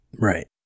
Right